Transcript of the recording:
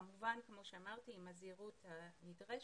כמובן עם הזהירות הנדרשת.